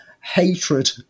hatred